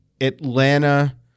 Atlanta